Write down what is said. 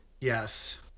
Yes